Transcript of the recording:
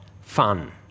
fun